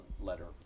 letter